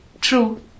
true